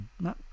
No